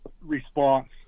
response